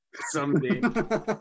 someday